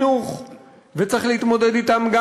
צריך להתמודד אתם בחינוך,